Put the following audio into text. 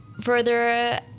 further